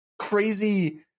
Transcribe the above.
crazy